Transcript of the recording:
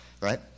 right